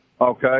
Okay